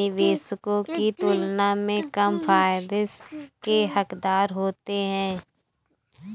निवेशकों की तुलना में कम फायदे के हक़दार होते हैं